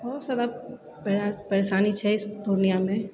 बहुत ज्यादा परेशानी छै पूर्णियामे